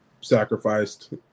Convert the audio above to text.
sacrificed